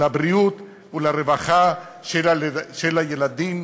בבריאות וברווחה של הילדים,